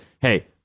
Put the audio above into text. Hey